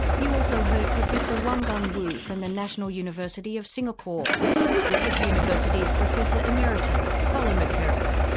you also heard professor wang gungwu, from the national university of singapore griffith university's professor emeritus, colin mackerras,